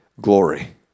glory